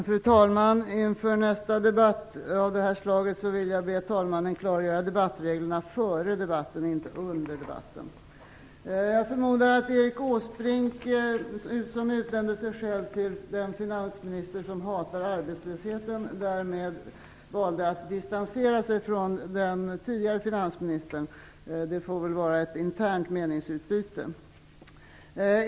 Fru talman! Inför nästa debatt av det här slaget ber jag talmannen att klargöra debattreglerna före debatten, inte under debatten. Jag förmodar att Erik Åsbrink, som utnämnde sig själv till den finansminister som hatar arbetslösheten, valde att därmed distansera sig från den tidigare finansministern. Det får väl vara ett internt meningsutbyte.